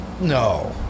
No